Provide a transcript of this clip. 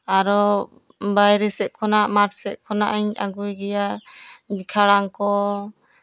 ᱟᱨᱚ ᱵᱟᱭᱨᱮ ᱥᱮᱫ ᱠᱷᱚᱱᱟᱜ ᱢᱟᱴᱷ ᱥᱮᱫ ᱠᱷᱚᱱᱟᱜ ᱤᱧ ᱟᱹᱜᱩᱭ ᱜᱮᱭᱟ ᱠᱷᱟᱲᱟᱝ ᱠᱚ